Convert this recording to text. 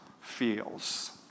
feels